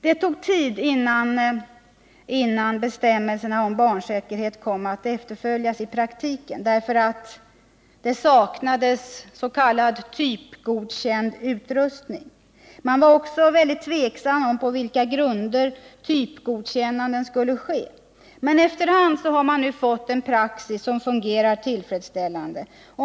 Det tog tid innan bestämmelserna om barnsäkerhet kom att följas i praktiken, därför att s.k. typgodkänd utrustning saknades. Man var också tveksam om på vilka grunder typgodkännanden skulle ske. Efter hand har man emellertid fått en praxis som fungerar tillfredsställande.